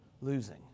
losing